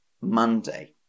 Monday